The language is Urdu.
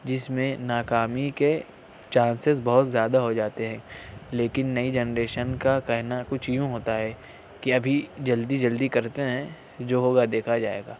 جس میں ناکامی کے چانسیز بہت زیادہ ہو جاتے ہیں لیکن نئی جنریشن کا کہنا کچھ یوں ہوتا ہے کہ ابھی جلدی جلدی کرتے ہیں جو ہوگا دیکھا جائے گا